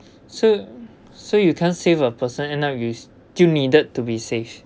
so so you can't save a person end up you still needed to be save